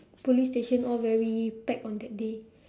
police station all very packed on that day